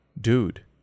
dude